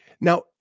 Now